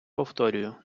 повторюю